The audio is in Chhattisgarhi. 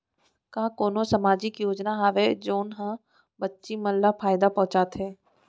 का कोनहो सामाजिक योजना हावय जऊन हा बच्ची मन ला फायेदा पहुचाथे?